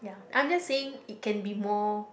I'm just saying it can be more